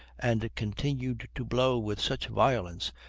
and continued to blow with such violence,